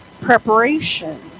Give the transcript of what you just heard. preparation